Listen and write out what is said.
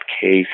case